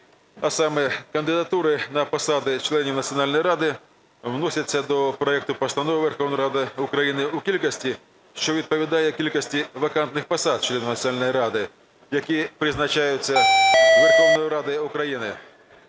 А саме: "Кандидатури на посади членів Національної ради вносяться до проекту Постанови Верховної Ради України у кількості, що відповідає кількості вакантних посад членів Національної ради, які призначаються Верховною Радою України".